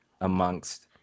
amongst